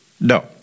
No